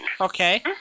Okay